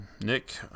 Nick